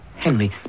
Henley